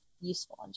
useful